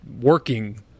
working